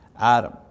Adam